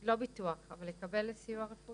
לא ביטוח, אבל הוא יקבל סיוע רפואי.